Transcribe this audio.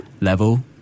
level